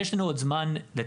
יש לנו עוד זמן לתקן,